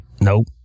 Nope